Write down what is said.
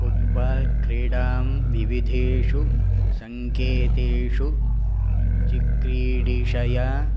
football क्रीडां विविधेषु सङ्केतेषु चिक्रीडिषय